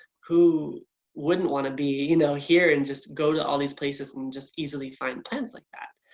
who wouldn't want to be you know here and just go to all these places and just easily find plants like that?